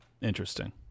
interesting